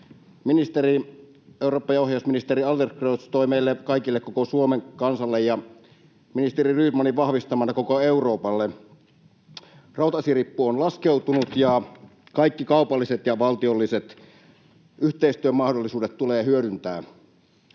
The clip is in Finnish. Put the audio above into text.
kilometriä. Eurooppa- ja omistajaohjausministeri Adlercreutz toi meille kaikille, koko Suomen kansalle ja ministeri Rydmanin vahvistamana koko Euroopalle: rautaesirippu on laskeutunut, ja kaikki kaupalliset ja valtiolliset yhteistyömahdollisuudet tulee hyödyntää.